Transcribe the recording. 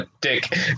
dick